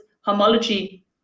homology